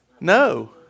no